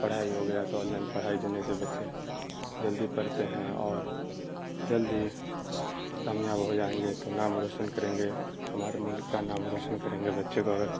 پڑھائی ہو گیا تو آن لائن پڑھائی دینے سے بچے جلدی پڑھتے ہیں اور جلدی کامیاب ہو جائیں گے تو نام روشن کریں گے ہمارے ملک کا نام روشن کریں گے بچے کو اگر